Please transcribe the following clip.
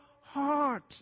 heart